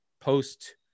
post